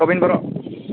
गबिन बर'